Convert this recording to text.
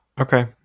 okay